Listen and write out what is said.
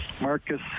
Marcus